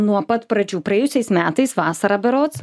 nuo pat pradžių praėjusiais metais vasarą berods